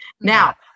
now